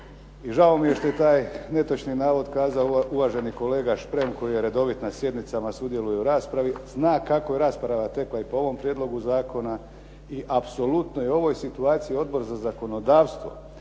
I žao mi je što je taj netočni navod kazao uvaženi kolega Šprem koji je redovit na sjednicama, sudjeluje u raspravi zna kako je rasprava tekla i po ovom prijedlogu zakona. I apsolutno i ovoj situaciji Odbor za zakonodavstvo